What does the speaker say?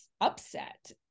upset